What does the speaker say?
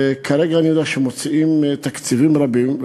וכרגע אני יודע שמוציאים תקציבים רבים,